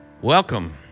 Welcome